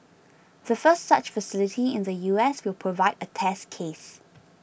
the first such facility in the U S will provide a test case